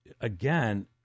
again